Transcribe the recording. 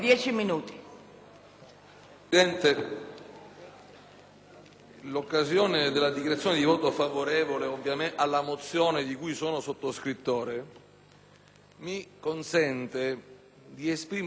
l'occasione della dichiarazione di voto favorevole alla mozione di cui sono firmatario mi consente di esprimere pubblicamente